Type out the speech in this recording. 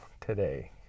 today